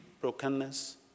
brokenness